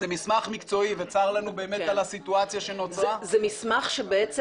צר לנו באמת על הסיטואציה שנוצרה --- זה מסמך שבעצם